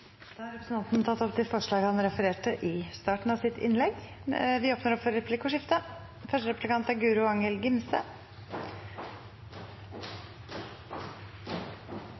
tatt opp de forslag han refererte til i starten av sitt innlegg. Det blir replikkordskifte. Høyre vil legge til rette for